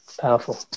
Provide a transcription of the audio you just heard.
powerful